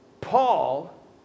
Paul